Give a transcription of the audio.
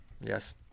Yes